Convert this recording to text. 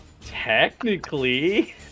Technically